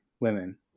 women